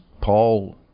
Paul